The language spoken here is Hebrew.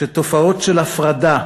שתופעות של הפרדה,